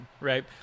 right